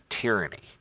tyranny